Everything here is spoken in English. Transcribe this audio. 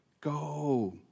Go